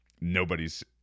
Nobody's